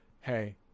Hey